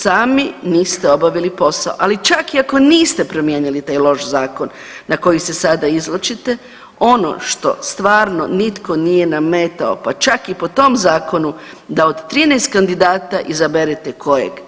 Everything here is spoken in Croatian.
Sami niste obavili posao, ali čak i ako niste promijenili taj loš zakon, na koji se sada izvlačite, ono što stvarno nitko nije nametao, pa čak i po tom zakonu, da od 13 kandidata izaberete, kojeg?